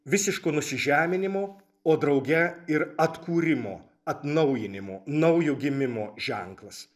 visiško nusižeminimo o drauge ir atkūrimo atnaujinimo naujo gimimo ženklas